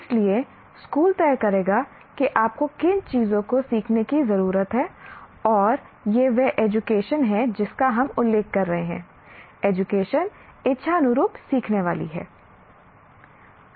इसलिए स्कूल तय करेगा कि आपको किन चीजों को सीखने की जरूरत है और यह वह एजुकेशन है जिसका हम उल्लेख कर रहे हैं एजुकेशन इच्छानुरूप सीखने वाली है